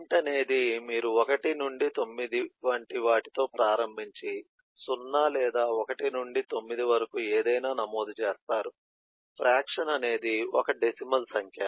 ఇంట్ అనేది మీరు 1 నుండి 9 వంటి వాటితో ప్రారంభించి 0 లేదా 1 నుండి 9 వరకు ఏదైనా నమోదు చేస్తారు ఫ్రాక్షన్ అనేది ఓక డెసిమల్ సంఖ్య